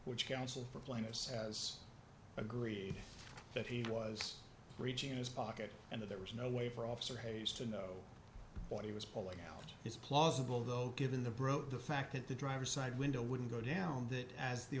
which counsel for plaintiffs has agreed that he was reaching in his pocket and that there was no way for officer hayes to know what he was pulling out his plausible though given the broach the fact that the driver's side window wouldn't go down that as the